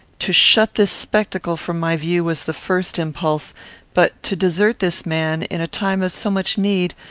to shut this spectacle from my view was the first impulse but to desert this man, in a time of so much need,